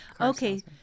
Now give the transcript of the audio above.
Okay